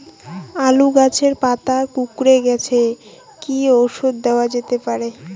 আলু গাছের পাতা কুকরে গেছে কি ঔষধ দেওয়া যেতে পারে?